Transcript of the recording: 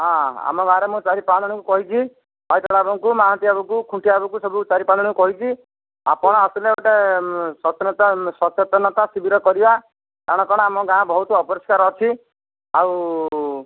ହଁ ଆମ ଗାଁରେ ମୁଁ ଚାରି ପାଞ୍ଚ ଜଣଙ୍କୁ କହିଛି ଜେନା ବାବୁଙ୍କୁ ମହାନ୍ତି ବାବୁଙ୍କୁ ଖୁଣ୍ଟିଆ ବାବୁଙ୍କୁ ସବୁ ଚାରି ପାଞ୍ଚ ଜଣଙ୍କୁ କହିଛି ଆପଣ ଆସିଲେ ଗୋଟେ ସଚେନତା ସଚେତନତା ଶିବିର କରିବା କାରଣ କ'ଣ ଆମ ଗାଁ ବହୁତ ଅପରିଷ୍କାର ଅଛି ଆଉ